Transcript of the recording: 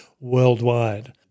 worldwide